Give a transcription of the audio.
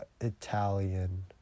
italian